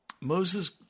Moses